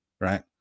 right